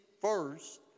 first